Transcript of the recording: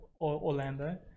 orlando